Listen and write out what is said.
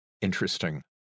interesting